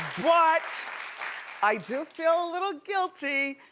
but i do feel a little guilty,